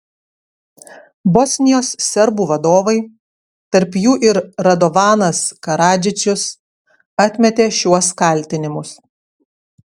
bosnijos serbų vadovai tarp jų ir radovanas karadžičius atmetė šiuos kaltinimus